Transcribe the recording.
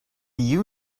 you